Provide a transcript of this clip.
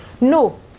No